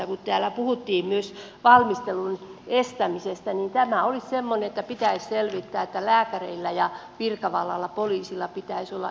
kun täällä puhuttiin myös valmistelun estämisestä niin tämä olisi semmoinen että pitäisi selvittää että lääkäreillä ja virkavallalla poliisilla pitäisi olla yhteys